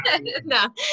No